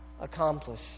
accomplish